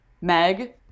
Meg